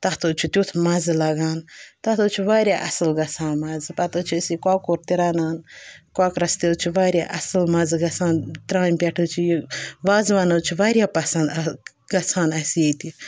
تَتھ حظ چھُ تیُٚتھ مَزٕ لگان تَتھ حظ چھُ واریاہ اَصٕل گژھان مَزٕ پَتہٕ حظ چھِ أسۍ یہِ کۄکُر تہِ رَنان کۄکرَس تہِ حظ چھِ واریاہ اَصٕل مَزٕ گژھان ترٛامہِ پٮ۪ٹھ حظ چھِ یہِ وازوان حظ چھُ واریاہ پَسنٛد گژھان اَسہِ ییٚتہِ